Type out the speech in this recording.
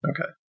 Okay